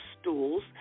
stools